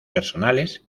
personales